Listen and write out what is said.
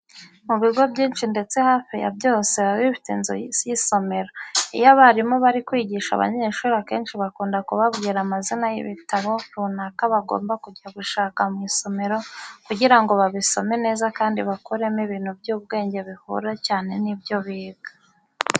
Mu bigo byinshi ndetse hafi ya byose biba bifite inzu y'isomero. Iyo abarimu bari kwigisha abanyeshuri akenshi bakunda kubabwira amazina y'ibitabo runaka bagomba kujya gushaka mu isomero kugira ngo babisome neza kandi bakuremo ibintu by'ubwenge bihura cyane n'ibyo biga.